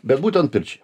bet būtent pirčiai